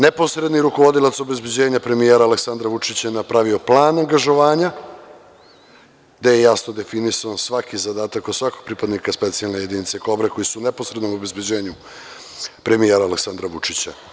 Neposredni rukovodilac obezbeđenja premijera Aleksandra Vučića napravio je plan angažovanja gde je jasno definisan svaki zadatak kod svakog pripadnika Specijalne jedinice „Kobre“, koji su u neposrednom obezbeđenju premijera Aleksandra Vučića.